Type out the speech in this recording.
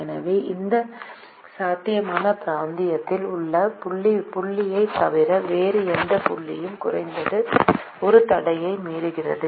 எனவே அந்த சாத்தியமான பிராந்தியத்தில் உள்ள புள்ளியைத் தவிர வேறு எந்த புள்ளியும் குறைந்தது ஒரு தடையை மீறுகிறது